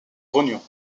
grognon